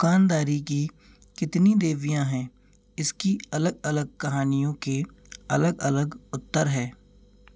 दुकानदारी की कितनी देवियाँ हैं इसकी अलग अलग कहानियों के अलग अलग उत्तर हैं